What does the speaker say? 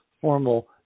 formal